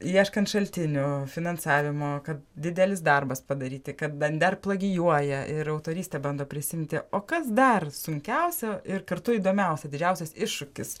ieškant šaltinių finansavimo kad didelis darbas padaryti kad bent der plagijuoja ir autorystę bando prisiimti o kas dar sunkiausia ir kartu įdomiausia didžiausias iššūkis